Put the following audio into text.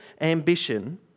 ambition